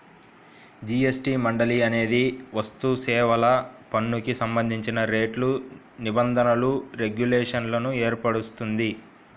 GST మండలి అనేది వస్తుసేవల పన్నుకు సంబంధించిన రేట్లు, నిబంధనలు, రెగ్యులేషన్లను ఏర్పరుస్తుంది